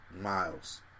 miles